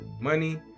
money